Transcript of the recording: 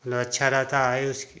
न अच्छा रहता है उस